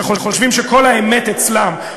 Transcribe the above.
שחושבים שכל האמת אצלם,